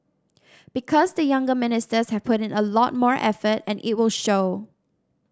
because the younger ministers have put in a lot more effort and it will show